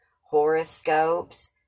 horoscopes